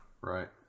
right